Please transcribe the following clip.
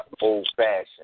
old-fashioned